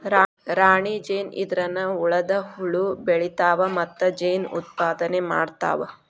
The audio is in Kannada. ರಾಣಿ ಜೇನ ಇದ್ರನ ಉಳದ ಹುಳು ಬೆಳಿತಾವ ಮತ್ತ ಜೇನ ಉತ್ಪಾದನೆ ಮಾಡ್ತಾವ